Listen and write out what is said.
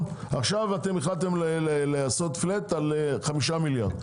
החלטת לעשות פלאט עכשיו על 5 מיליארד.